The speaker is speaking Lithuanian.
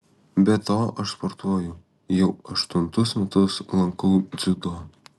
be to aš sportuoju jau aštuntus metus lankau dziudo